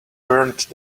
burned